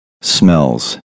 smells